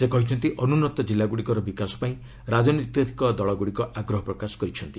ସେ କହିଛନ୍ତି ଅନୁନ୍ନତ କିଲ୍ଲା ଗୁଡ଼ିକର ବିକାଶ ପାଇଁ ରାଜନୈତିକ ଦଳଗୁଡ଼ିକ ଆଗ୍ରହ ପ୍ରକାଶ କରିଛନ୍ତି